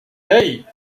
hey